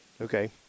Okay